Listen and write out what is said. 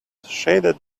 shaded